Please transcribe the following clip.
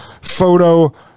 photo